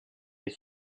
est